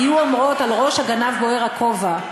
היו אומרות: על ראש הגנב בוער הכובע.